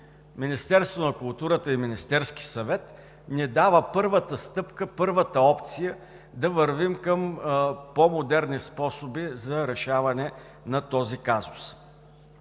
Министерството на културата и Министерският съвет ни дават първата стъпка, първата опция да вървим към по-модерни способи за решаване на този казус.